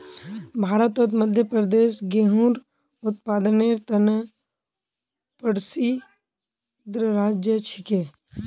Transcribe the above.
भारतत मध्य प्रदेश गेहूंर उत्पादनेर त न प्रसिद्ध राज्य छिके